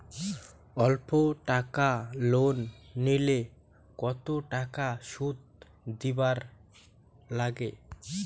অল্প টাকা লোন নিলে কতো টাকা শুধ দিবার লাগে?